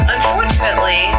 Unfortunately